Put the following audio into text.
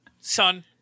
son